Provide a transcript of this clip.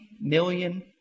million